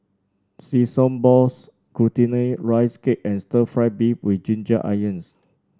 Sesame Balls Glutinous Rice Cake and Stir Fried Beef with Ginger Onions